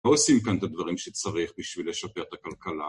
ועושים כאן את הדברים שצריך בשביל לשפר את הכלכלה